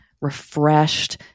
refreshed